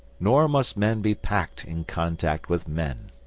nor must men be packed in contact with men.